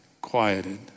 quieted